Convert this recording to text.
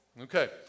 Okay